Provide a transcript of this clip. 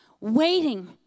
waiting